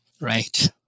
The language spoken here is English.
Right